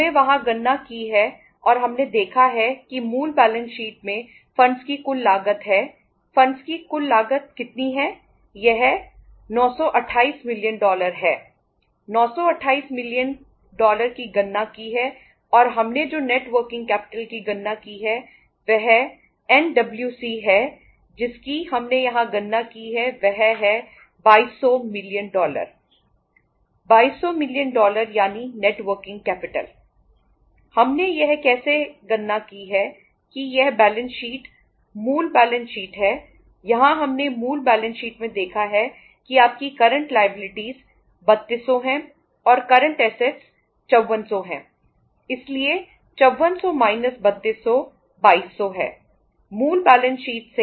हमने यह कैसे गणना की है कि यह बैलेंस शीट है